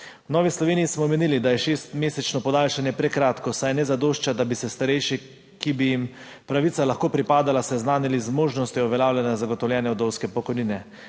V Novi Sloveniji smo menili, da je šestmesečno podaljšanje prekratko, saj ne zadošča, da bi se starejši, ki bi jim pravica lahko pripadala, seznanili z možnostjo uveljavljanja zagotovljene vdovske pokojnine.